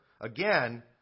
again